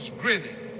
grinning